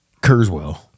Kurzweil